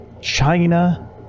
China